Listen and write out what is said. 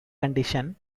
conditions